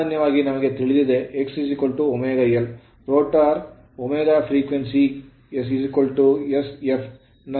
ಸಾಮಾನ್ಯವಾಗಿ ನಮಗೆ ತಿಳಿದಿದೆ x Lω ರೋಟರ್ ನ ω frequency ಆವರ್ತನ s f